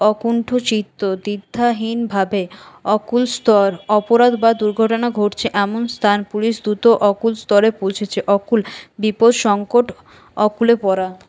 অকুণ্ঠ চিত্ত দ্বিধাহীনভাবে অকুলস্থর অপরাধ বা দুর্ঘটনা ঘটছে এমন স্থান পুলিশ দ্রুত অকুস্থরে পৌঁছেছে অকুল বিপুল সংকট অকুলে পরা